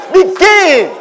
Begin